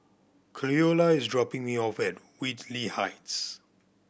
Cleola is dropping me off at Whitley Heights